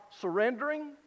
surrendering